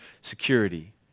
security